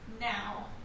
now